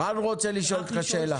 רן רוצה לשאול אותך שאלה.